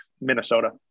Minnesota